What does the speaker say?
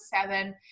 seven